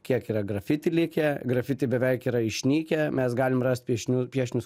kiek yra grafiti likę grafiti beveik yra išnykę mes galim rast piešinių piešinius